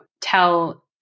tell